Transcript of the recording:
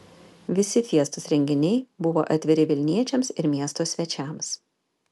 visi fiestos renginiai buvo atviri vilniečiams ir miesto svečiams